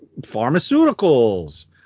pharmaceuticals